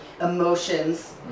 Emotions